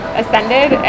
ascended